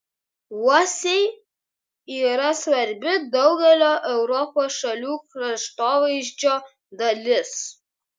uosiai yra svarbi daugelio europos šalių kraštovaizdžio dalis